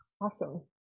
Awesome